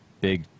big